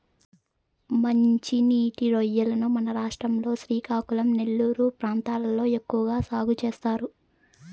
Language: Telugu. మంచి నీటి రొయ్యలను మన రాష్ట్రం లో శ్రీకాకుళం, నెల్లూరు ప్రాంతాలలో ఎక్కువ సాగు చేస్తారు